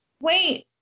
Wait